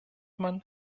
man